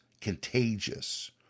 contagious